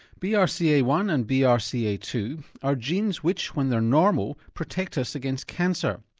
b r c a one and b r c a two are genes which, when they're normal, protect us against cancer.